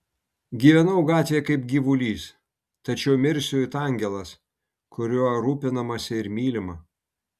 gyvenau gatvėje kaip gyvulys tačiau mirsiu it angelas kuriuo rūpinamasi ir mylima